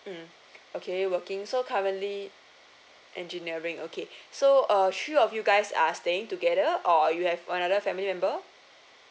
mm okay working so currently engineering okay so uh three of you guys are staying together or you have another family member